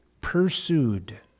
pursued